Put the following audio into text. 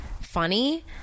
funny